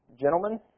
Gentlemen